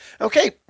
Okay